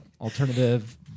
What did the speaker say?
alternative